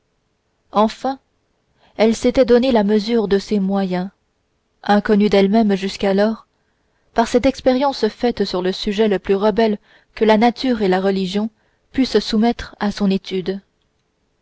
enfin elle s'était donné la mesure de ses moyens inconnus d'elle-même jusqu'alors par cette expérience faite sur le sujet le plus rebelle que la nature et la religion pussent soumettre à son étude